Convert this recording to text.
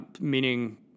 meaning